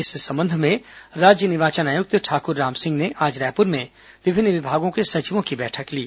इस संबंध में राज्य निर्वाचन आयुक्त ठाकुर राम सिंह ने आज रायपुर में विभिन्न विभागों के सचिरों की बैठक ली